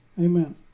Amen